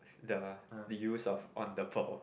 the use of on the ball